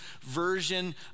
version